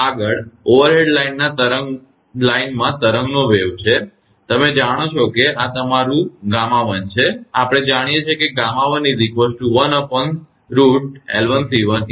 આગળ ઓવરહેડ લાઇનમાં તરંગનો વેગ છે તમે જાણો છો કે કહો કે તે આ તમારું 𝛾1 છે આપણે જાણીએ છીએ કે તેથી તે 2